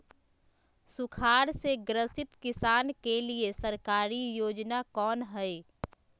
सुखाड़ से ग्रसित किसान के लिए सरकारी योजना कौन हय?